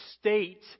state